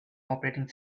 operating